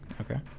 okay